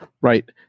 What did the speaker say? Right